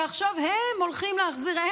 ועכשיו הם הולכים להחזיר.